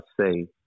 say